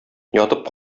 ятып